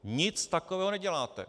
Nic takového neděláte.